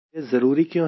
यह जरूरी क्यों है